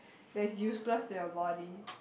there is useless they've body